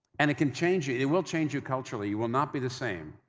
and it can change you, it will change you culturally, you will not be the same.